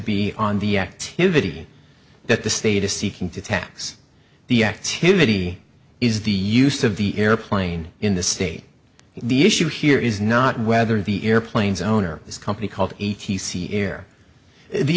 be on the activity that the state is seeking to tax the activity is the use of the airplane in the state the issue here is not whether the airplanes own or this company called a t c air the